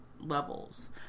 levels